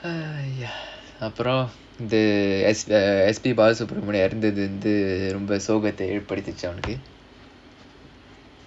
uh ya அப்புறம்:appuram S_P_B Balasubrahmanyam இறந்தது ரொம்ப சோகத்த ஏற்படுத்துச்சா உனக்கு:balasubramaniyam iranthathu romba sogatha erpaduthuchaa unakku